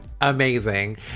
Amazing